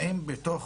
האם בתוך